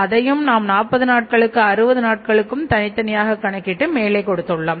அதையும் நாம் 40 நாட்களுக்கும் 60 நாட்களுக்கும் தனித்தனியாக கணக்கிட்டு மேலே கொடுத்துள்ளோம்